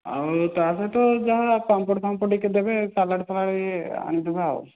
ଆଉ ତା' ସହିତ ଯାହା ପାମ୍ପଡ଼ ଫାମ୍ପଡ଼ ଟିକିଏ ଦେବେ ସାଲାଡ଼ଫାଲାଡ଼ ଇଏ ଆଣିଦେବା